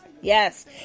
Yes